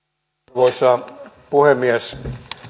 arvoisa puhemies